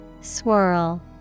Swirl